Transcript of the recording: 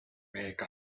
make